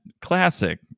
classic